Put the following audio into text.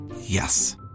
Yes